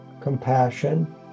compassion